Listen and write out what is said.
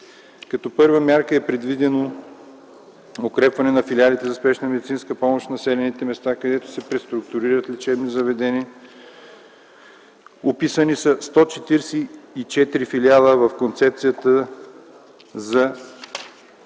Като първа мярка е предвидено укрепване на филиалите за спешна медицинска помощ в населените места, където се преструктурират лечебни заведения. Описани са 144 филиала в Концепцията за